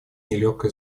нелегкая